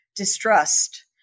distrust